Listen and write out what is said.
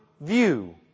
view